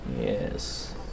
Yes